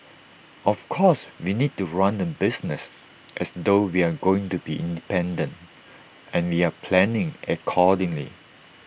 of course we need to run the business as though we're going to be independent and we're planning accordingly